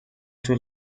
طول